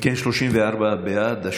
אנחנו